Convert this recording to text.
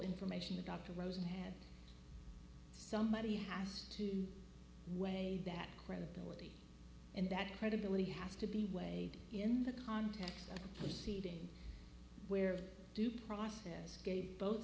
information the doctor rose and had somebody has to weigh that credibility and that credibility has to be way in the context of the seating where due process gave both